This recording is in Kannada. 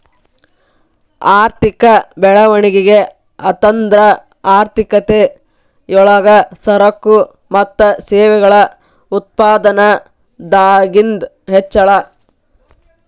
ಆರ್ಥಿಕ ಬೆಳವಣಿಗೆ ಅಂತಂದ್ರ ಆರ್ಥಿಕತೆ ಯೊಳಗ ಸರಕು ಮತ್ತ ಸೇವೆಗಳ ಉತ್ಪಾದನದಾಗಿಂದ್ ಹೆಚ್ಚಳ